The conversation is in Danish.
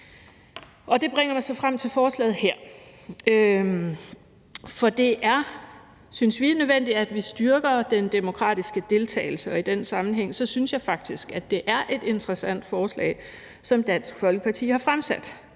SF. Det bringer mig så frem til forslaget her. For det er, synes vi, nødvendigt at styrke den demokratiske deltagelse, og i den sammenhæng synes jeg faktisk, at det er et interessant forslag, som Dansk Folkeparti har fremsat.